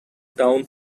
town